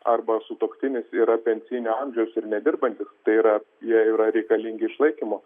arba sutuoktinis yra pensinio amžiaus ir nedirbantis tai yra jie yra reikalingi išlaikymo